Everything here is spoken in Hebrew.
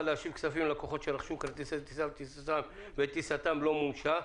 להשיב כספים ללקוחות שרכשו כרטיסי טיסה וטיסתם לא מומשה.